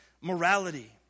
morality